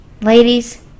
Ladies